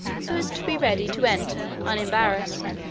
so as to be ready to enter, unembarrassed,